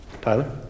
Tyler